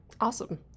Awesome